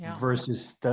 versus